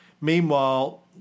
Meanwhile